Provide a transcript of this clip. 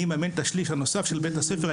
אני אממן את השליש הנוסף של בית הספר,